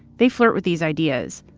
they flirt with these ideas,